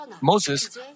Moses